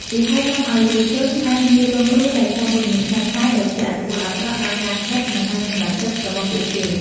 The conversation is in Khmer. ជាហេតុនាំឲ្យយុវជនអាចងាយរងគ្រោះដោយសារព័ត៌មានក្លែងក្លាយ ដែលជះឥទ្ធិពលអាក្រក់ដល់ការគិត និងការសម្រេចចិត្តរបស់ពួកគេ។